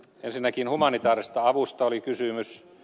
ensinnäkin humanitaarisesta avusta oli kysymys